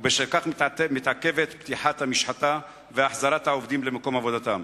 ובשל כך מתעכבת פתיחת המשחטה והחזרת העובדים למקום עבודתם.